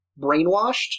brainwashed